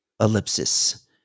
ellipsis